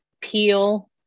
peel